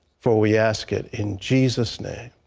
for we ask it in jesus' name.